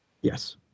Yes